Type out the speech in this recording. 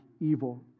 evil